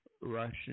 Russian